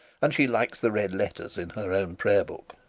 and she likes the red letters in her own prayer-book.